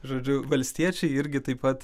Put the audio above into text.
žodžiu valstiečiai irgi taip pat